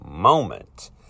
moment